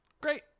Great